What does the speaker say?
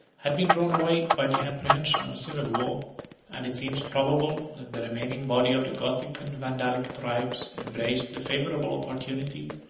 had been drawn away by the apprehension of a civil war and it seems probable that the remaining body of the gothic and vandalic tribes embraced the favorable opportunity,